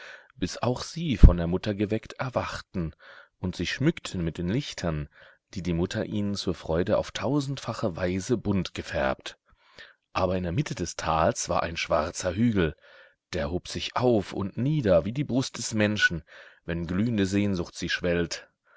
bis auch sie von der mutter geweckt erwachten und sich schmückten mit den lichtern die die mutter ihnen zur freude auf tausendfache weise bunt gefärbt aber in der mitte des tals war ein schwarzer hügel der hob sich auf und nieder wie die brust des menschen wenn glühende sehnsucht sie schwellt